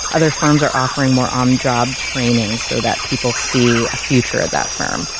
other firms are offering more on-job training so that people see a future at that firm.